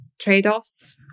trade-offs